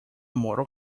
motor